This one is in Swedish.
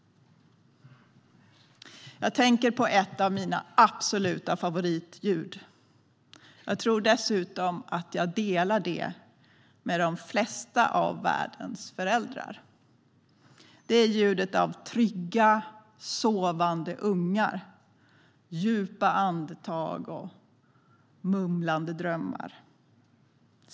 Jag tänker på ett av mina absoluta favoritljud - jag tror dessutom att jag delar det med de flesta av världens föräldrar - och det är ljudet av trygga sovande ungar, djupa andetag och mumlande drömmar.